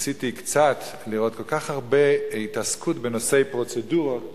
ניסיתי קצת לראות, התעסקות בנושא פרוצדורות